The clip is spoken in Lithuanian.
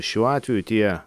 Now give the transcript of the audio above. šiuo atveju tie